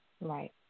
Right